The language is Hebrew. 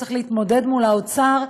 צריך להתמודד מול האוצר,